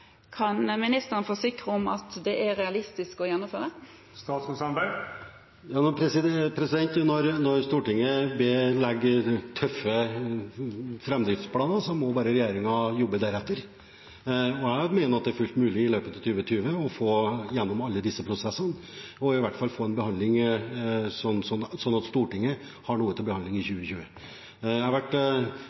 Kan statsråden forsikre om at dette er realistisk å gjennomføre? Når Stortinget legger tøffe framdriftsplaner, må bare regjeringen jobbe deretter. Jeg mener at det er fullt mulig i løpet av 2020 å få igjennom alle disse prosessene – i hvert fall slik at Stortinget har noe til behandling i 2020.